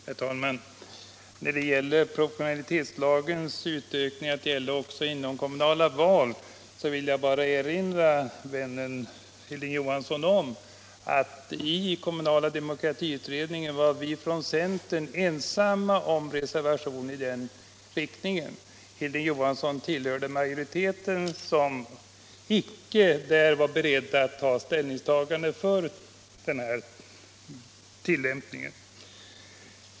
Herr talman! När det gäller proportionalitetslagens utökning att gälla också inomkommunala val vill jag bara erinra vännen Hilding Johansson om att i utredningen om den kommunala demokratin var vi från centern ensamma om en reservation i den riktningen. Hilding Johansson tillhörde majoriteten, som icke där var beredd att göra ett ställningstagande för utökning av proportionalitetslagens tillämpning i inomkommunala val.